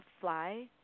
fly